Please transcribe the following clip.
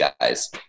guys